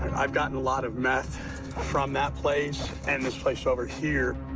and i've gotten a lot of meth from that place, and this place over here.